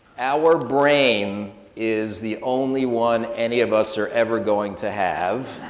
our brain is the only one any of us are ever going to have.